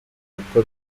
kuko